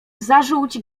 zażółć